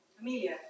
Amelia